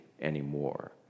anymore